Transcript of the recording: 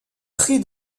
prix